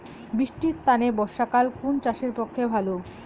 বৃষ্টির তানে বর্ষাকাল কুন চাষের পক্ষে ভালো?